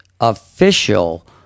official